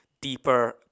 deeper